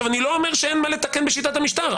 אני לא אומר שאין מה לתקן בשיטת המשטר,